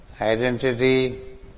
identity